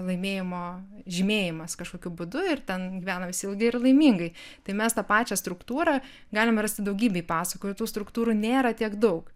laimėjimo žymėjimas kažkokiu būdu ir ten gyvena visi ilgai ir laimingai tai mes tą pačią struktūrą galim rasti daugybėj pasakų ir tų struktūrų nėra tiek daug